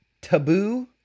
taboo